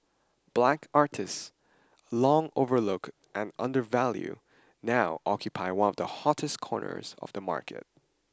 black artists long overlooked and undervalued now occupy one of the hottest corners of the market